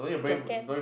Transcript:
jacket